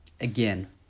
Again